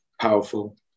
powerful